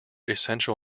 essential